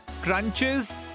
crunches